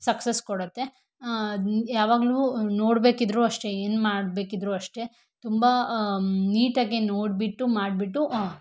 success ಕೊಡತ್ತೆ ಯಾವಾಗಲೂ ನೋಡ್ಬೇಕಿದ್ರೂ ಅಷ್ಟೆ ಏನು ಮಾಡ್ಬೇಕಿದ್ರೂ ಅಷ್ಟೆ ತುಂಬ ನೀಟಾಗಿ ನೋಡಿಬಿಟ್ಟು ಮಾಡಿಬಿಟ್ಟು